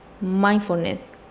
Mindfulness